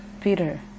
Peter